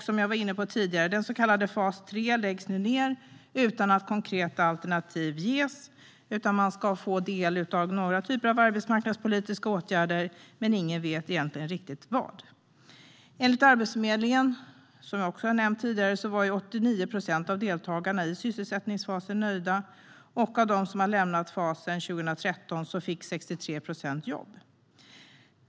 Som jag var inne på tidigare läggs nu den så kallade fas 3 ned utan att konkreta alternativ ges. De ska få del av några typer av arbetsmarknadspolitiska åtgärder, men ingen vet egentligen riktigt vad. Enligt Arbetsförmedlingen, som jag nämnt tidigare, var 89 procent av deltagarna i sysselsättningsfasen nöjda. Av de som lämnade fasen 2013 fick 63 procent jobb.